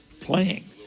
playing